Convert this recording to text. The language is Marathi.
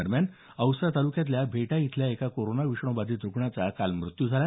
दरम्यान औसा तालुक्यातल्या भेटा इथल्या एका कोरोना विषाणू बाधित रुग्णाचा काल मृत्यू झाला